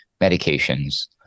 medications